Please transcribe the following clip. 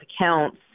accounts